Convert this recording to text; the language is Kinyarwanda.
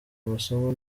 amasomo